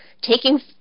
taking